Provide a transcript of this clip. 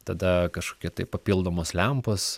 tada kažkokia tai papildomos lempos